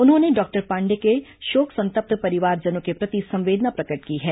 उन्होंने डॉक्टर पांडेय के शोक संतप्त परिवारजनों के प्रति संवेदना प्रकट की है